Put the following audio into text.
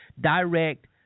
direct